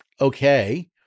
Okay